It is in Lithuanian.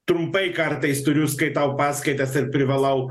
trumpai kartais turiu skaitau paskaitas ir privalau